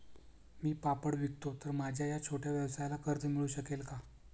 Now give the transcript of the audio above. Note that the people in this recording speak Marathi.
मी पापड विकतो तर माझ्या या छोट्या व्यवसायाला कर्ज मिळू शकेल का?